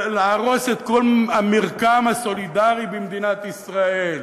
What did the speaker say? להרוס את כל המרקם הסולידרי במדינת ישראל?